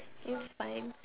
it's fine